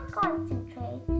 concentrate